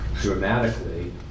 dramatically